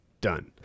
done